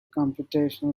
computational